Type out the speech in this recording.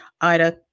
Ida